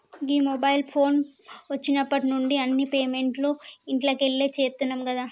గీ mobile phone వచ్చిన్నుండి అన్ని పేమెంట్లు ఇంట్లకెళ్లే చేత్తున్నం గదా